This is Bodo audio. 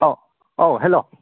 औ औ हेल'